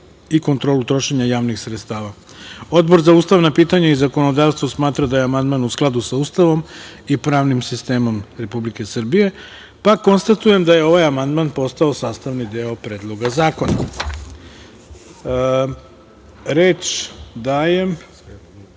i kontrolu trošenja javnih sredstava. Odbor za ustavna pitanja i zakonodavstvo smatra da je amandman u skladu sa Ustavom i pravnim sistemom Republike Srbije. Konstatujem da je ovaj amandman postao sastavni deo predloga zakon. Da